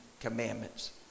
commandments